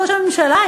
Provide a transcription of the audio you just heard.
ראש הממשלה.